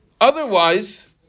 otherwise